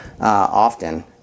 often